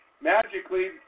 magically